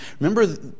Remember